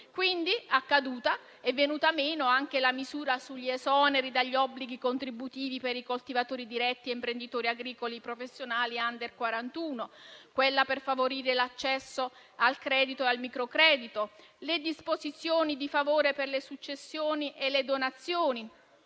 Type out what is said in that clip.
caduta, è venuta meno anche la misura sugli esoneri dagli obblighi contributivi per i coltivatori diretti e imprenditori agricoli professionali *under* quarantuno; quella per favorire l'accesso al credito e al microcredito; le disposizioni di favore per le successioni e le donazioni